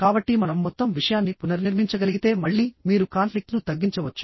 కాబట్టి మనం మొత్తం విషయాన్ని పునర్నిర్మించగలిగితే మళ్ళీ మీరు కాన్ఫ్లిక్ట్ ను తగ్గించవచ్చు